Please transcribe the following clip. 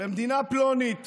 שבמדינה פלונית